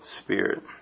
Spirit